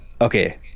okay